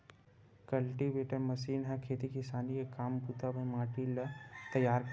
cultivator machine ह खेती किसानी के काम बूता बर माटी ल तइयार करथे